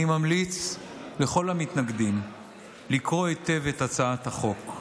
אני ממליץ לכל המתנגדים לקרוא היטב את הצעת החוק.